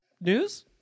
News